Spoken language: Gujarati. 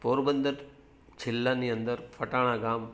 પોરબંદર જિલ્લાની અંદર ફટાણાં ગામ